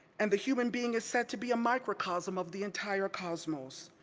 and the human being is said to be a microcosm of the entire cosmos,